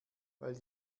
weil